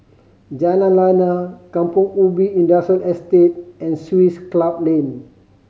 Jalan Lana Kampong Ubi Industrial Estate and Swiss Club Lane